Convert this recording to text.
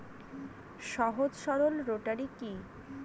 সহজ সরল রোটারি কি?